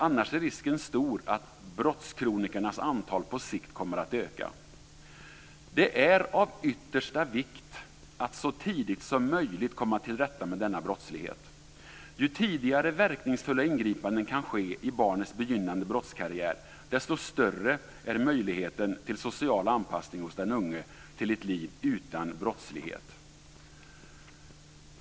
Annars är risken stor att brottskronikernas antal på sikt kommer att öka. Det är av yttersta vikt att så tidigt som möjligt komma till rätta med denna brottslighet. Ju tidigare verkningsfulla ingripanden kan ske ske i barnets begynnande brottskarriär, desto större är möjligheten till social anpassning hos den unge till ett liv utan brottslighet.